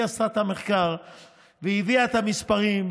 היא עשתה את המחקר והביאה את המספרים.